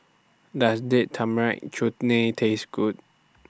Does Date Tamarind Chutney Taste Good